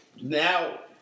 Now